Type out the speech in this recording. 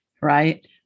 right